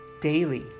daily